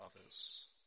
others